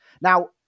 Now